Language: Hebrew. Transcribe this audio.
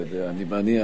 אתה יודע, אני מניח,